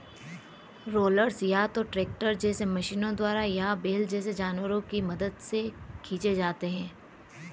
rollers या तो tractor जैसे मशीनों द्वारा या बैल जैसे जानवरों की मदद से खींचे जाते हैं